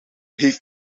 heeft